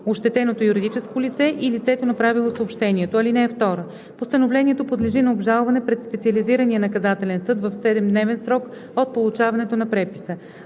ощетеното юридическо лице и лицето, направило съобщението. (2) Постановлението подлежи на обжалване пред Специализирания наказателен съд в седемдневен срок от получаването на преписа.